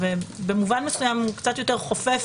במובן מסוים הוא קצת יותר חופף